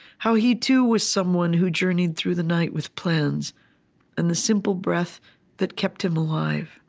how he too was someone who journeyed through the night with plans and the simple breath that kept him alive.